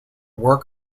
work